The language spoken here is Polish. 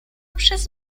przez